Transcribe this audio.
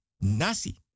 nasi